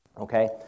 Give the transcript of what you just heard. okay